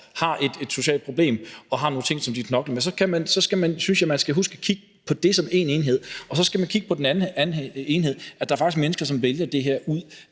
har sociale problemer og har nogle ting, som de knokler med, så synes jeg, at man skal huske at kigge på det som én enhed, og så skal man kigge på den anden enhed: at der faktisk er mennesker, som vælger det her ud